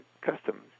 customs